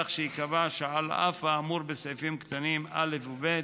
כך שיקבע שעל אף האמור בסעיפים קטנים (א) ו-(ב),